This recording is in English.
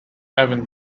evan